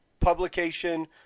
publication